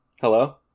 Hello